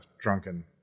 drunken